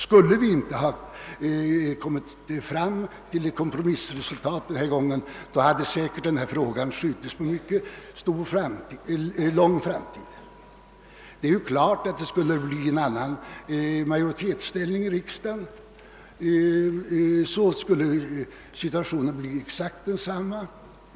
Om vi inte hade kommit fram till det föreliggande kompromissresultatet, så hade hela frågan säkerligen skjutits långt in i framtiden. Om majoritetsställningen i riksdagen förändrades, skulle situationen självfallet bli exakt densamma.